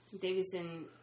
Davidson